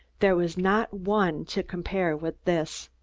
there was not one to compare with this.